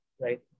right